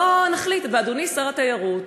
אדוני שר התיירות,